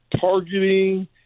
targeting